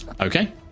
Okay